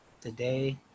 today